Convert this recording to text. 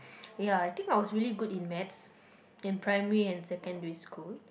ya I think I was really good in maths in primary and secondary school